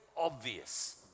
obvious